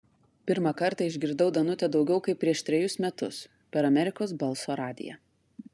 pirmą kartą išgirdau danutę daugiau kaip prieš trejus metus per amerikos balso radiją